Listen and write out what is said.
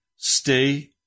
Stay